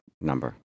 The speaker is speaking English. number